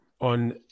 on